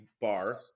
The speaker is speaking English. bar